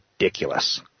ridiculous